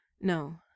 No